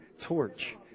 torch